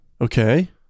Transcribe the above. Okay